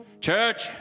Church